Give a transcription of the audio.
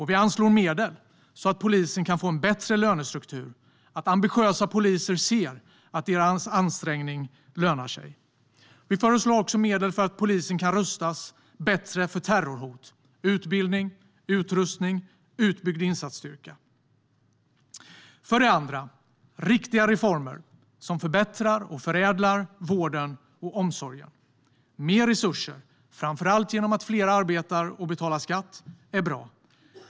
Vi anslår också medel så att polisen kan få en bättre lönestruktur för att ambitiösa poliser ska se att deras ansträngning lönar sig. Vi föreslår också medel så att polisen kan rustas bättre för terrorhot med utbildning, utrustning och en utbyggd insatsstyrka. För det andra har vi riktiga reformer som förbättrar och förädlar vården och omsorgen. Mer resurser, framför allt genom att fler arbetar och betalar skatt, är bra.